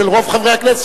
חבר הכנסת